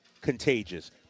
contagious